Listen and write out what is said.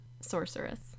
sorceress